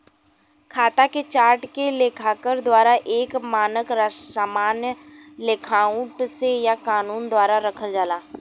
खाता के चार्ट के लेखाकार द्वारा एक मानक सामान्य लेआउट से या कानून द्वारा रखल जाला